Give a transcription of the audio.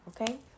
okay